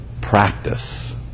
practice